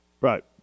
Right